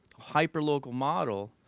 hyper-local model,